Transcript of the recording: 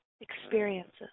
experiences